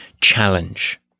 challenge